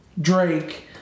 Drake